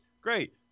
great